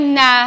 na